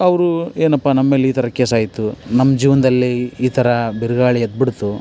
ಅವರು ಏನಪ್ಪ ನಮ್ಮೇಲೆ ಈ ಥರ ಕೇಸಾಯಿತು ನಮ್ಮ ಜೀವನದಲ್ಲಿ ಈ ಥರ ಬಿರುಗಾಳಿ ಎದ್ದುಬಿಡ್ತು